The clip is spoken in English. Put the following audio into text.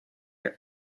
are